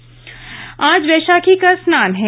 वैशाखी आज वैशाखी का स्नान है